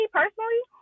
personally